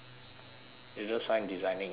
you just find designing interesting lah